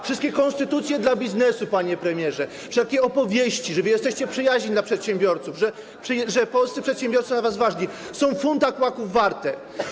Wszystkie konstytucje dla biznesu, panie premierze, wszelkie opowieści, że wy jesteście przyjaźni dla przedsiębiorców, że polscy przedsiębiorcy są dla was ważni, są funta kłaków warte.